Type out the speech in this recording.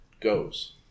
goes